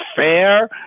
fair